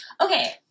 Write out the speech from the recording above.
Okay